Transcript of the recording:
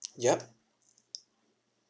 yup